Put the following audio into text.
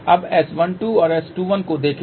अब S12 और S21 को देखें